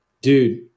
Dude